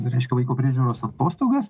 reiškia vaiko priežiūros atostogas